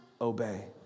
obey